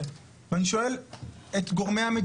לא מאז העלייה מבריה"מ ואפילו לא מקום המדינה,